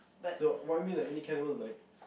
so what I mean like any kind of animals is like